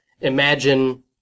imagine